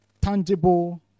tangible